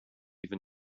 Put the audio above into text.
even